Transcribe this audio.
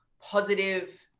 positive